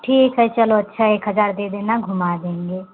ठीक है चलो अच्छा एक हज़ार दे देना घुमा देंगे